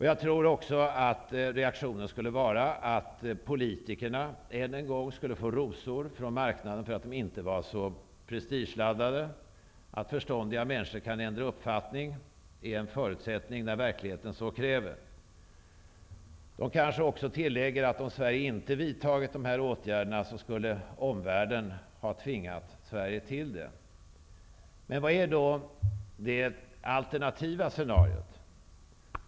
Jag tror också att reaktionen skulle vara att politikerna än en gång skulle få rosor från marknaden för att de inte var så prestigeladdade. Att förståndiga människor kan ändra uppfattning är en förutsättning när verkligheten så kräver. Man kanske tillägger att om Sverige inte hade vidtagit dessa åtgärder, skulle omvärlden tvingat Sverige till dem. Vad är då det alternativa scenariot?